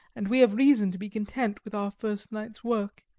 and we have reason to be content with our first night's work.